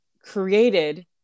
created